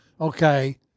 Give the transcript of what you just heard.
okay